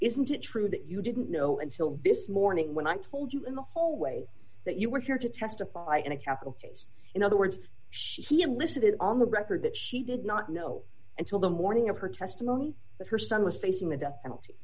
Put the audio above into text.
isn't it true that you didn't know until this morning when i told you in the hallway that you were here to testify in a capital case in other words she elicited on the record that she did not know until the morning of her testimony that her son was facing the death penalty